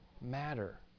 matter